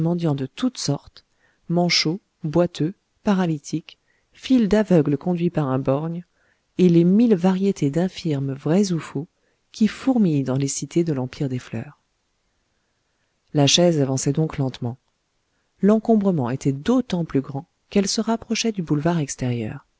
de toutes sortes manchots boiteux paralytiques files d'aveugles conduits par un borgne et les mille variétés d'infirmes vrais ou faux qui fourmillent dans les cités de l'empire des fleurs la chaise avançait donc lentement l'encombrement était d'autant plus grand qu'elle se rapprochait du boulevard extérieur